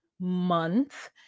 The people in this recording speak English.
month